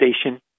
station